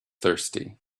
thirsty